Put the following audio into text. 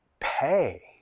pay